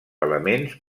elements